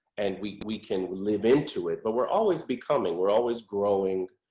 and we we can live into it. but we're always becoming. we're always growing,